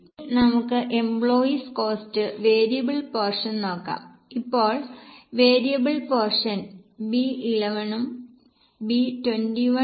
ഇനി നമുക്ക് employees cost variable portion നോക്കാം ഇപ്പോൾ വേരിയബിൾ പോർഷൻ B 11 നും B 21 x 1